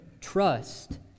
trust